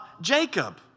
Jacob